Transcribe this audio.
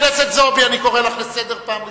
אני קורא אותך לסדר פעם ראשונה.